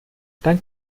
dank